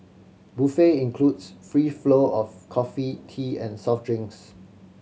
buffet includes free flow of coffee tea and soft drinks